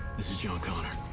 this is john connor.